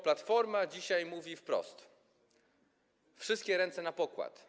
Platforma dzisiaj mówi wprost: wszystkie ręce na pokład.